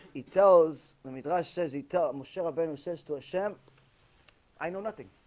he tells let me josh says he tell michelle about him says to hashem. i know nothing